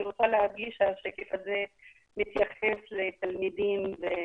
השקף הזה מתייחס לתלמידים ביסודי.